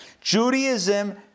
Judaism